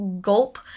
gulp